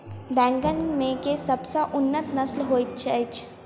बैंगन मे केँ सबसँ उन्नत नस्ल होइत अछि?